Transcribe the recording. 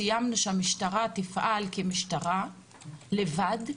סיימנו שהמשטרה תפעל כמשטרה לבד,